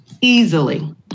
Easily